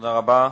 תודה רבה.